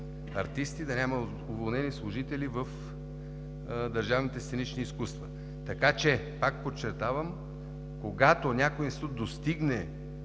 артисти и да няма уволнени служители в държавните сценични изкуства. Така че, пак подчертавам, когато за съответния